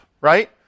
right